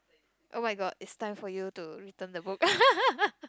oh-my-god it's time for you to return the book